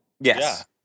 Yes